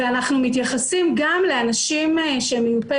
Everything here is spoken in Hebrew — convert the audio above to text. ואנחנו מתייחסים גם לאנשים שהם מיופי